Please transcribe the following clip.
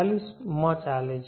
648 માં ચાલે છે